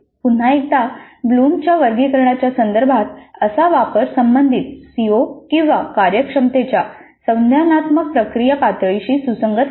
पुन्हा एकदा ब्लूमच्या वर्गीकरणाच्या संदर्भात असा वापर संबंधित सीओ किंवा कार्यक्षमतेच्या संज्ञानात्मक प्रक्रिया पातळीशी सुसंगत असावा